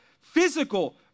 physical